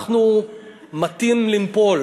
אנחנו מטים לנפול.